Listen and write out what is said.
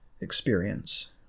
experience